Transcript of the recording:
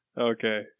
Okay